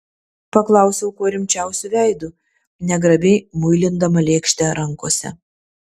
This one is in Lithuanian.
paklausiau kuo rimčiausiu veidu negrabiai muilindama lėkštę rankose